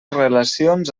relacions